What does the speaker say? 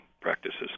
Practices